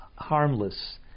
harmless